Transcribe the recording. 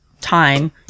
time